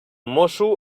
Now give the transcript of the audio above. mosso